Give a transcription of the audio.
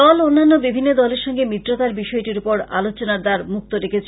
দল অন্যান্য বিভিন্ন দলের সঙ্গে মিত্রতার বিষয়টির ওপর আলোচনার দ্বার মুক্ত রেখেছে